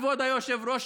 כבוד היושב-ראש,